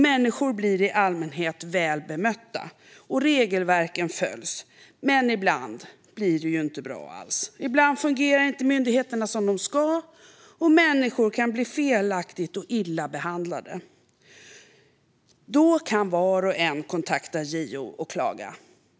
Människor blir i allmänhet väl bemötta, och regelverken följs. Men ibland blir det inte bra. Ibland fungerar inte myndigheterna som de ska, och människor kan bli felaktigt och illa behandlade. Då kan var och en kontakta JO och klaga.